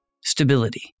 Stability